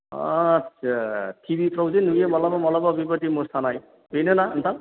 आथ्सा टिभिफ्रावजे नुयो माब्लाबा माब्लाबा बेबायदि मोसानाय बेनोना नोंथां